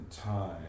time